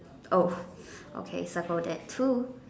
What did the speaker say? oh okay circle that too